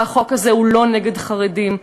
והחוק הזה הוא לא נגד החרדים.